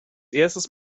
erstes